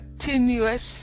continuous